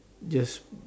just